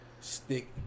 stick